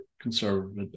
conservative